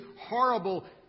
horrible